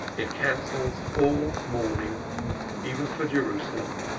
it cancels all mourning even for jerusalem.